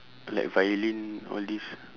like violin all this